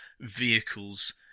vehicles